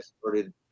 started